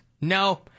No